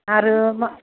आरो मा